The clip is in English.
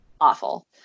Awful